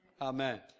Amen